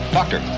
Doctor